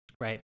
right